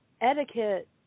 etiquette